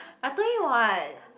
I told you [what]